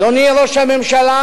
אדוני ראש הממשלה,